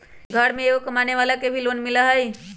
घर में एगो कमानेवाला के भी लोन मिलहई?